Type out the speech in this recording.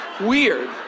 weird